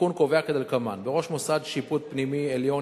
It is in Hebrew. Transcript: התיקון קובע כדלקמן: בראש מוסד שיפוט פנימי עליון